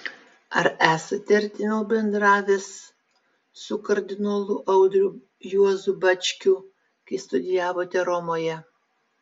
ar esate artimiau bendravęs su kardinolu audriu juozu bačkiu kai studijavote romoje